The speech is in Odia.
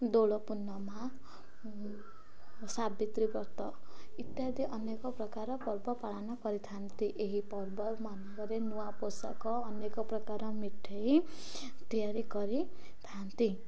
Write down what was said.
ଦୋଳପୂର୍ଣ୍ଣମୀ ସାବିତ୍ରୀ ବ୍ରତ ଇତ୍ୟାଦି ଅନେକ ପ୍ରକାର ପର୍ବ ପାଳନ କରିଥାନ୍ତି ଏହି ପର୍ବ ମାନଙ୍କରେ ନୂଆ ପୋଷାକ ଅନେକ ପ୍ରକାର ମିଠେଇ ତିଆରି କରିଥାନ୍ତି